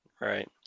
Right